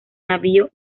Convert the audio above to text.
navío